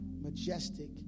majestic